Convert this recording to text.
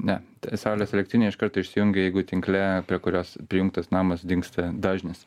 ne saulės elektrinė iškart išsijungia jeigu tinkle prie kurios prijungtas namas dingsta dažnis